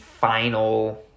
final